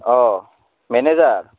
অঁ মেনেজাৰ